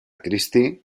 christie